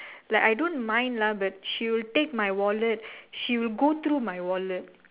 like I don't mind lah but she will take my wallet she will go through my wallet